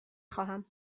خواهم